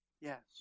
Yes